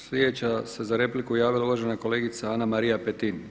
Sljedeća se za repliku javila uvažena kolegica Ana-Marija Petin.